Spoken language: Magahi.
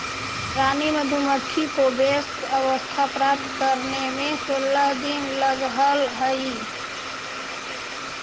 रानी मधुमक्खी को वयस्क अवस्था प्राप्त करने में सोलह दिन लगह हई